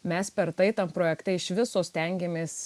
mes per tai tam projekte iš viso stengėmės